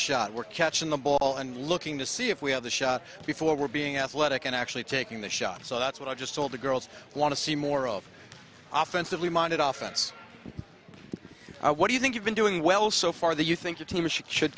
shot we're catching the ball and looking to see if we have the shot before we're being asked what i can actually taking the shot so that's what i just told the girls want to see more of often simply minded oftens what do you think you've been doing well so far that you think the team should should